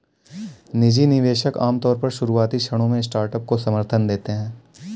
निजी निवेशक आमतौर पर शुरुआती क्षणों में स्टार्टअप को समर्थन देते हैं